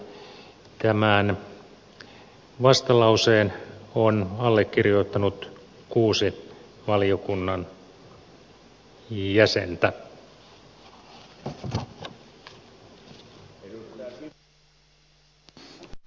tämän vastalauseen on allekirjoittanut kuusi valiokunnan jäsentä